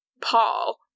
Paul